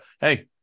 hey